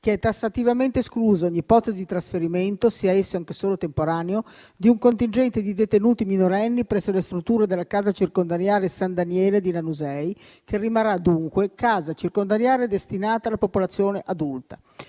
che è tassativamente esclusa ogni ipotesi di trasferimento, sia essa anche solo temporanea, di un contingente di detenuti minorenni presso le strutture della casa circondariale San Daniele di Lanusei, che rimarrà dunque casa circondariale destinata alla popolazione adulta.